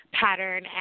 pattern